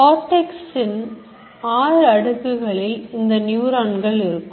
Cortex இன் ஆறு அடுக்குகளில் இந்த நியூரான்கள் இருக்கும்